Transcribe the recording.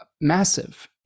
massive